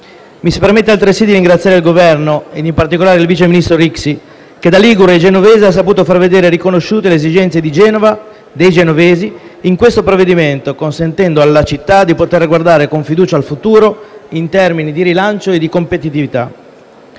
Mi si permetta altresì di ringraziare il Governo ed in particolare il vice ministro Rixi che da ligure e genovese ha saputo far vedere riconosciute le esigenze di Genova e dei genovesi in questo provvedimento, consentendo alla città di poter guardare con fiducia al futuro in termini di rilancio e competitività.